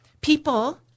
people